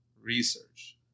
research